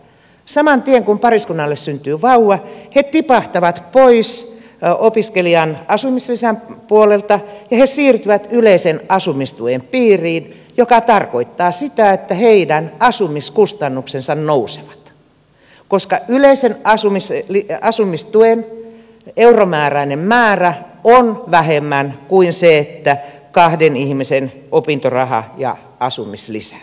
saman tien kun pariskunnalle syntyy vauva he tipahtavat pois opiskelijan asumislisän puolelta ja he siirtyvät yleisen asumistuen piiriin mikä tarkoittaa sitä että heidän asumiskustannuksensa nousevat koska yleisen asumistuen euromääräinen määrä on vähemmän kuin kahden ihmisen opintoraha ja asumislisä